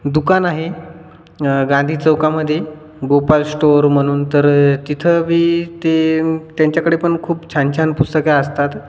दुकान आहे गांधी चौकामध्ये गोपाल स्टोअर म्हणून तर तिथं बी ते त्यांच्याकडे पण खूप छान छान पुस्तके असतात